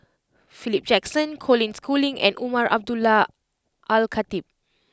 Philip Jackson Colin Schooling and Umar Abdullah Al Khatib